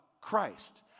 Christ